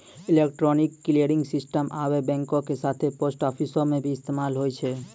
electronic clearing system आबे बैंको के साथे पोस्ट आफिसो मे भी इस्तेमाल होय छै